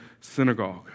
synagogue